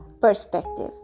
perspective